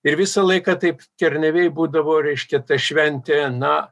ir visą laiką taip kernavėj būdavo reiškia ta šventė na